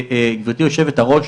גברתי היו"ר,